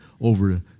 over